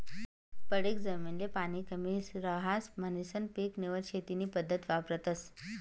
पडीक जमीन ले पाणी कमी रहास म्हणीसन पीक निवड शेती नी पद्धत वापरतस